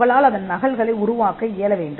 நீங்கள் அதன் பல நகல்களை உருவாக்க முடியும்